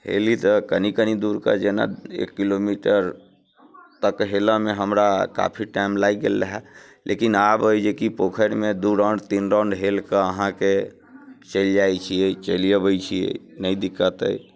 हेली तऽ कनी कनी दूर कऽ जेना एक किलोमीटर तक हेलयमे हमरा काफी टाइम लागि गेल रहए लेकिन आब अइ जेकि पोखरिमे दू राउंड तीन राउंड हेल कऽ अहाँके चलि जाइत छियै चलि अबैत छियै नहि दिक्कत अइ